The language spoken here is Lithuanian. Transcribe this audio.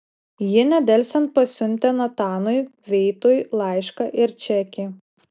ji nedelsiant pasiuntė natanui veitui laišką ir čekį